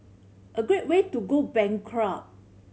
a great way to go bankrupt